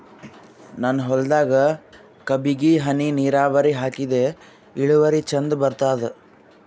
ನನ್ನ ಹೊಲದಾಗ ಕಬ್ಬಿಗಿ ಹನಿ ನಿರಾವರಿಹಾಕಿದೆ ಇಳುವರಿ ಚಂದ ಬರತ್ತಾದ?